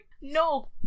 No